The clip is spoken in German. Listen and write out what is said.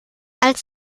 als